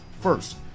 first